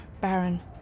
Baron